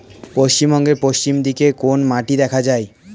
পশ্চিমবঙ্গ পশ্চিম দিকে কোন মাটি দেখা যায়?